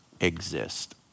exist